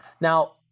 Now